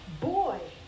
boy